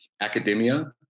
academia